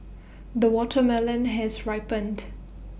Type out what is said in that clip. the watermelon has ripened